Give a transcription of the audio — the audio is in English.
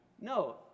No